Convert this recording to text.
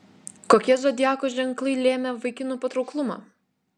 kokie zodiako ženklai lėmė vaikinų patrauklumą